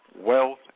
wealth